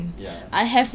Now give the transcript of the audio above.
ya